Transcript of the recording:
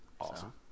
Awesome